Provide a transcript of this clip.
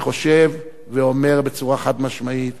אני חושב ואומר בצורה חד-משמעית,